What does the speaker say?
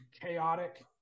chaotic